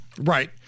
Right